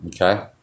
Okay